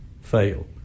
fail